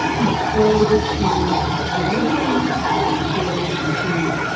you know, correlated to religion? is it correlated to,